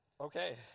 Okay